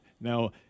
Now